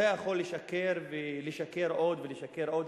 אתה יכול לשקר ולשקר עוד ולשקר עוד,